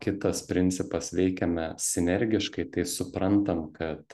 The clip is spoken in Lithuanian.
kitas principas veikiame sinergiškai tai suprantam kad